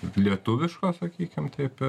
lietuviškos sakykim taip